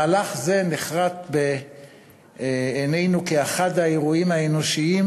מהלך זה נחרת בעינינו כאחד האירועים האנושיים,